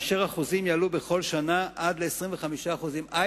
והאחוזים יעלו בכל שנה עד ל-25% בשנה האחרונה להחלתו.